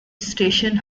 station